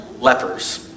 lepers